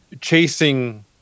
chasing